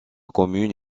commune